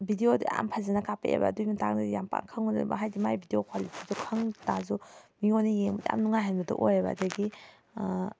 ꯕꯤꯗꯤꯑꯣꯗꯣ ꯌꯥꯝ ꯐꯖꯅ ꯀꯥꯄꯛꯑꯦꯕ ꯑꯗꯨꯏ ꯃꯇꯥꯡꯗꯗꯤ ꯌꯥꯝ ꯄꯥꯛ ꯈꯪꯉꯨꯗꯕ ꯍꯥꯏꯗꯤ ꯃꯥꯏ ꯕꯤꯗꯤꯑꯣ ꯀ꯭ꯋꯥꯂꯤꯇꯤꯗꯣ ꯈꯪꯉꯨꯗꯇꯥꯔꯁꯨ ꯃꯤꯉꯣꯟꯗ ꯌꯦꯡꯕꯗ ꯌꯥꯝ ꯅꯨꯡꯉꯥꯏꯍꯟꯕꯗꯨ ꯑꯣꯏꯑꯦꯕ ꯑꯗꯒꯤ